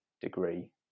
degree